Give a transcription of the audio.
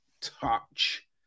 touch